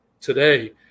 today